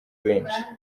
benshi